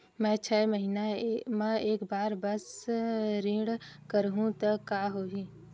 मैं छै महीना म एक बार बस ऋण करहु त का होही?